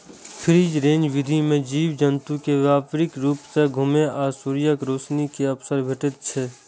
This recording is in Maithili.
फ्री रेंज विधि मे जीव जंतु कें व्यापक रूप सं घुमै आ सूर्यक रोशनी के अवसर भेटै छै